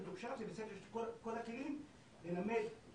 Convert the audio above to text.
בית ספר מתוקשב זה בית ספר שיש לו את כל הכלים ללמד טכנולוגיה,